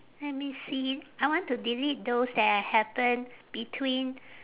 let me see I want to delete those that happen between